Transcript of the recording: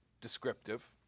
descriptive